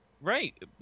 Right